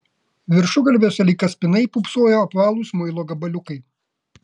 viršugalviuose lyg kaspinai pūpsojo apvalūs muilo gabaliukai